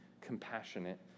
compassionate